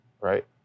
right